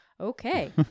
okay